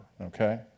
okay